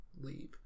leave